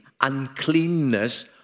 uncleanness